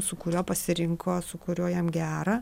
su kuriuo pasirinko su kuriuo jam gera